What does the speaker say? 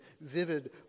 vivid